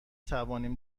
توانیم